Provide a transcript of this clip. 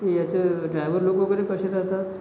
ह्याचं ड्रायव्हर लोक वगैरे कसे राहतात